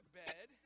bed